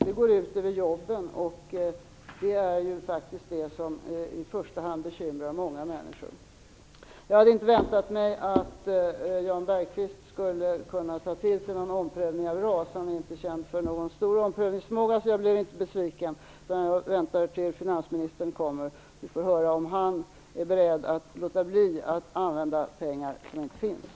Det skulle gå ut över jobben, vilket ju är vad som i första hand bekymrar många människor. Jag hade inte väntat mig att Jan Bergqvist skulle kunna acceptera någon omprövning av RAS. Han är inte känd för någon större omprövningsförmåga, så jag blev inte besviken. Jag väntar tills finansministern kommer, så får vi höra om han är beredd att låta bli att använda pengar som inte finns.